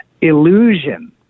illusion